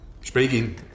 Speaking